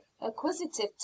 acquisitive